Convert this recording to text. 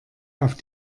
auf